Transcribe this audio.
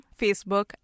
Facebook